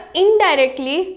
indirectly